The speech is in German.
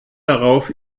darauf